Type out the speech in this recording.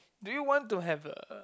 do you want to have a